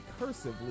recursively